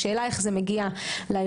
השאלה היא איך זה מגיע לארגונים.